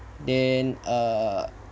then err